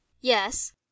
Yes